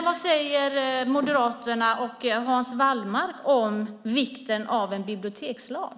Vad säger Moderaterna och Hans Wallmark om vikten av en bibliotekslag?